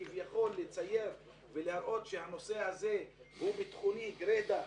כביכול להראות שהנושא הזה הוא ביטחוני גרידא,